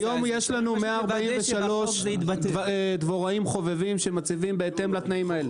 היום יש לנו 143 דבוראים חובבים שמציבים בהתאם לתנאים האלה.